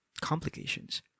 complications